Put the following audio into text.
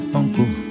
uncle